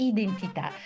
Identità